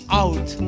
out